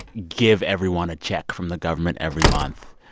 give everyone a check from the government every month,